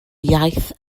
iaith